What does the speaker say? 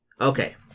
Okay